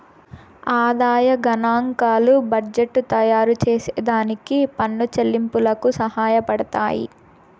ఆదాయ గనాంకాలు బడ్జెట్టు తయారుచేసే దానికి పన్ను చెల్లింపులకి సహాయపడతయ్యి